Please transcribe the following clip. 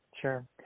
Sure